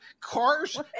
cars